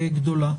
גדולה.